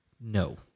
No